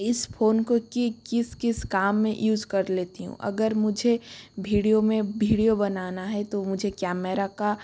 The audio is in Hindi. इस फोन को की किस किस काम में यूज़ कर लेती हूँ अगर मुझे भीडियो में भीडियो बनाना है तो मुझे कैमेरा का